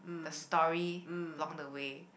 the story along the way